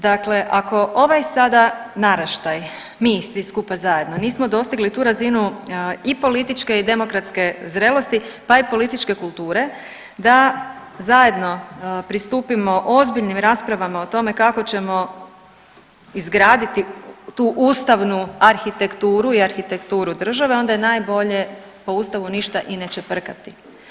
Dakle, ako ovaj sada naraštaj, mi svi skupa zajedno, nismo dostigli tu razinu i političke i demokratske zrelosti, pa i političke kulture da zajedno pristupimo ozbiljnim raspravama o tome kako ćemo izgraditi tu ustavnu arhitekturu i arhitekturu države onda je najbolje po ustavu ništa i ne čeprkati.